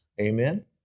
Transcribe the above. Amen